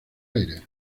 aires